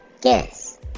Guess